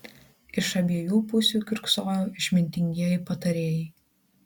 iš abiejų pusių kiurksojo išmintingieji patarėjai